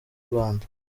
rwanda